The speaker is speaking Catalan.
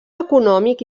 econòmic